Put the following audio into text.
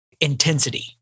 intensity